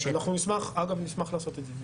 נשמח לעשות את זה.